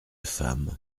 femme